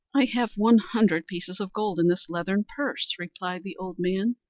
i have one hundred pieces of gold in this leathern purse, replied the old man.